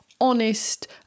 honest